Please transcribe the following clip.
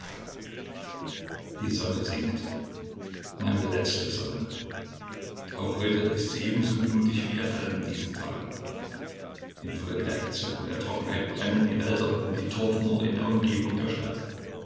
die sonne sinkt meine letzte sonne auch heute ist sie ebenso blutig wie an allen diesen tagen infolge der hitze und der trockenheit brennen die wälder und die torfmoore in der umgebung der stadt